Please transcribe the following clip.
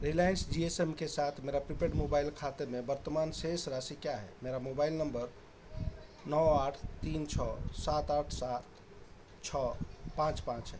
Reliance G S M के साथ मेरा प्रीपेड मोबाइल खाते में वर्तमान शेष राशि क्या है मेरा मोबाइल नम्बर नौ आठ तीन छह सात आठ सात छह पाँच पाँच है